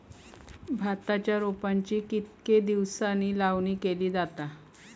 भाताच्या रोपांची कितके दिसांनी लावणी केली जाता?